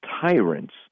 tyrants